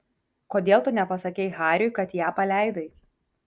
kodėl tu nepasakei hariui kad ją paleidai